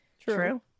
true